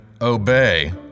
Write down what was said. Obey